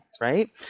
right